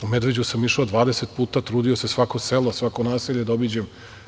U Medveđu sam išao 20 puta, trudio se, svako selo, svako naselje da obiđem.